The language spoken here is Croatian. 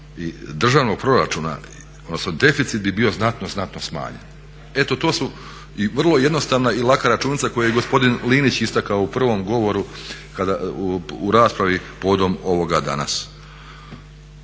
državnog proračuna, odnosno deficit bi bio znatno, znatno smanjen. Eto to su i vrlo jednostavna i laka računica koju je i gospodin Linić istakao u provom govoru u raspravi povodom ovoga danas.